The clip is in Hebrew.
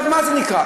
מה זה נקרא?